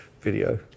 video